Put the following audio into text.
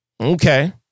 Okay